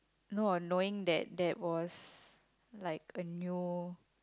no knowing that there was like a new